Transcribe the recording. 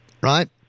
right